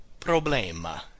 problema